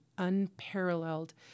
unparalleled